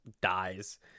dies